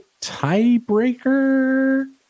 tiebreaker